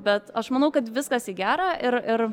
bet aš manau kad viskas į gerą ir ir